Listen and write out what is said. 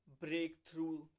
breakthrough